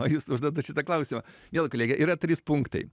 o jūs užduodat šitą klausimą miela kolege yra trys punktai